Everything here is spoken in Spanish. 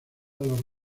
los